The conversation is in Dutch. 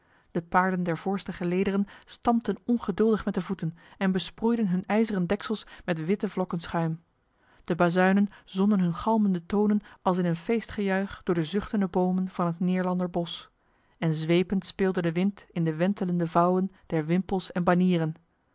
de paarden der voorste gelederen stampten ongeduldig met de voeten en besproeiden hun ijzeren deksels met witte vlokken schuim de bazuinen zonden hun galmende tonen als in een feestgejuich door de zuchtende bomen van het neerlanderbos en zwepend speelde de wind in de wentelende vouwen der wimpels en banieren